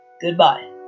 goodbye